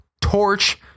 torch